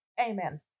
Amen